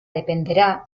dependerá